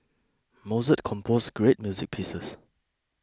Mozart composed great music pieces